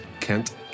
Kent